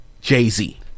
Jay-Z